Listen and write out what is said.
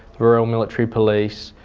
royal military police,